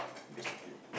basically